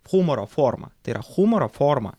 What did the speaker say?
humoro forma tai yra humoro forma